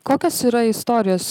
kokios yra istorijos